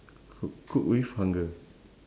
cook cook with hunger